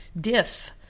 diff